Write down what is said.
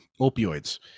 opioids